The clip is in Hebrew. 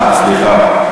אה, סליחה.